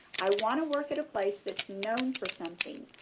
i want to work at a place that's known for something,